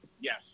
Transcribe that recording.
Yes